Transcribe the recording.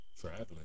traveling